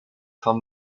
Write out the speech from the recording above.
van